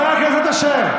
הכנסת אשר.